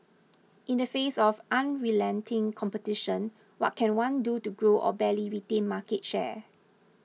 in the face of unrelenting competition what can one do to grow or barely retain market share